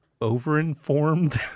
over-informed